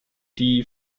die